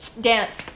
dance